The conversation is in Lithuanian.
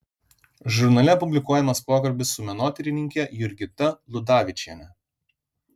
žurnale publikuojamas pokalbis su menotyrininke jurgita ludavičiene